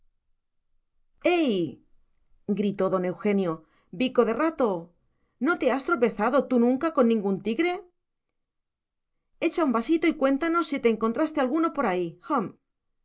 ey gritó don eugenio bico de rato no te has tropezado tú nunca con ningún tigre echa un vasito y cuéntanos si te encontraste alguno por ahí